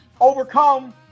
overcome